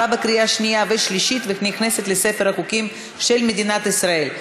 עברה בקריאה שנייה ושלישית ונכנסת לספר החוקים של מדינת ישראל.